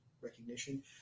recognition